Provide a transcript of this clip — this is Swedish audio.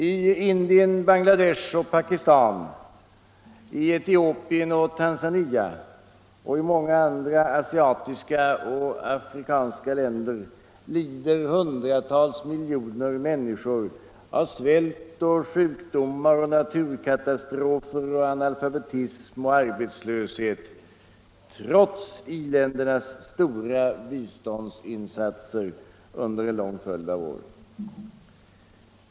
I Indien, Bangladesh och Pakistan, i Etiopien och Tanzania och i många andra asiatiska och afrikanska länder lider hundratals miljoner människor av svält och sjukdomar och naturkatastrofer och analfabetism och arbetslöshet trots i-ländernas stora biståndsinsatser under en lång följd av år.